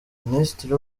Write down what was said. minisitiri